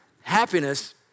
happiness